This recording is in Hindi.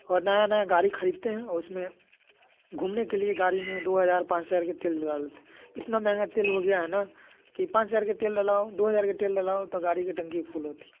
और नया नया गाड़ी ख़रीदते हैं और उस में घूमने के लिए गाड़ी में दो हज़ार पाँच हज़ार का तेल डला लेते हैं इतना महँगा तेल हो गया है ना कि पाँच हज़ार के तेल डलाओ दो हज़ार के तेल डलाओ तो गाड़ी की टंकी फूल होती है